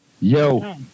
Yo